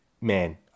man